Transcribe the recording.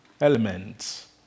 elements